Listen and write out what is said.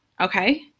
okay